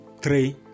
three